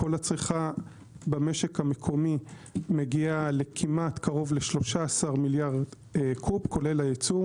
כל הצריכה במשק המקומי מגיעה לכמעט קרוב ל-13 מיליארד קוב כולל הייצוא,